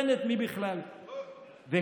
ברור שבמדינה מחוסנת מי בכלל, נכון.